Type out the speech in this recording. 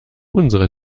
unsere